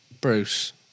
Bruce